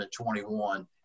2021